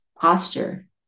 posture